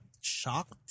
shocked